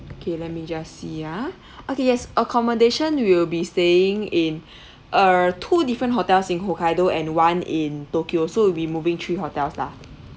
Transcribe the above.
okay let me just see ah okay yes accommodation we will be staying in err two different hotels in hokkaido and one in tokyo so we'll be moving three hotels lah